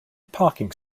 parking